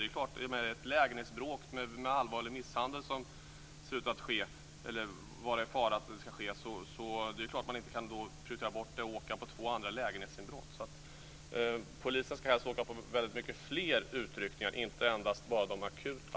Det är klart att ett lägenhetsbråk där det verkar vara fråga om allvarlig misshandel inte kan prioriteras bort för att polisen ska undersöka två andra lägenhetsinbrott. Polisen ska helst göra mycket fler utryckningar och inte enbart akuta.